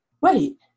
wait